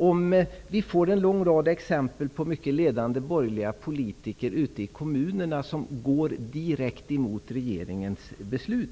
Om vi får en lång rad exempel på att ledande borgerliga politiker ute i kommunerna går direkt emot regeringens beslut,